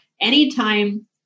anytime